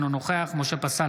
אינו נוכח משה פסל,